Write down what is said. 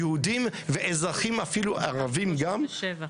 יהודים ואזרחים, אפילו גם ערבים,